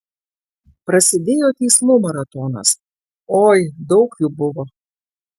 prasidėjo teismų maratonas oi daug jų buvo